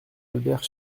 albert